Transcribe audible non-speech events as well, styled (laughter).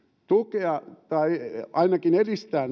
tukea tai ainakin edistää (unintelligible)